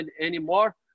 anymore